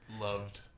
Loved